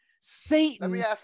Satan